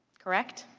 correct?